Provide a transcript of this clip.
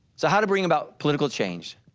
so how to bring about political change.